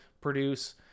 produce